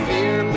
Fear